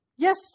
Yes